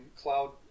Cloud